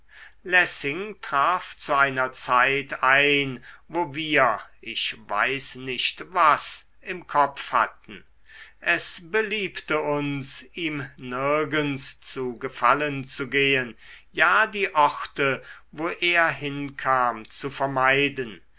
lessing traf zu einer zeit ein wo wir ich weiß nicht was im kopf hatten es beliebte uns ihm nirgends zu gefallen zu gehen ja die orte wo er hinkam zu vermeiden